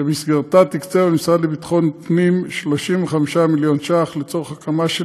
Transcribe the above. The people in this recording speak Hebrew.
ובמסגרתה תקצב המשרד לביטחון הפנים 35 מיליון ש"ח לצורך הקמה של